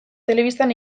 telebistan